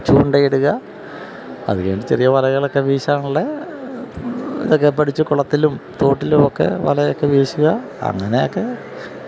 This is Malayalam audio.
ചൂണ്ടയിടുക അതുകഴിഞ്ഞ് ചെറിയ വലകളൊക്കെ വീശാനുള്ള ഇതൊക്കെ പഠിച്ച് കുളത്തിലും തോട്ടിലുമൊക്കെ വലയൊക്കെ വീശുക അങ്ങനെയൊക്കെ